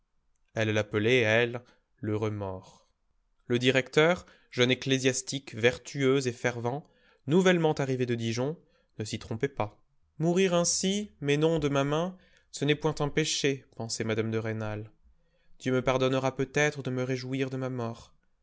elle l'appelait elle le remords le directeur jeune ecclésiastique vertueux et fervent nouvellement arrivé de dijon ne s'y trompait pas mourir ainsi mais non de ma main ce n'est point un péché pensait mme de rênal dieu me pardonnera peut-être de me réjouir de ma mort